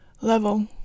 level